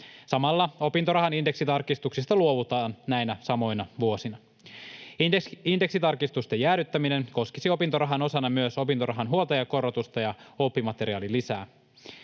Samalla opintorahan indeksitarkistuksista luovutaan näinä samoina vuosina. Indeksitarkistusten jäädyttäminen koskisi opintorahan osana myös opintorahan huoltajakorotusta ja oppimateriaalilisää.